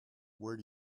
where